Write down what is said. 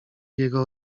jego